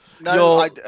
No